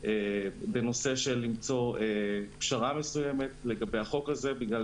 על מנת למצוא פשרה מסוימת לגבי החוק הזה בגלל